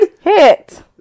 hit